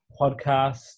podcast